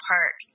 Park